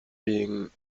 being